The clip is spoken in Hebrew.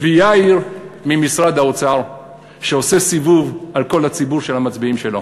ויאיר ממשרד האוצר שעושה סיבוב על כל הציבור של המצביעים שלו.